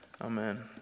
amen